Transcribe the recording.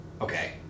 Okay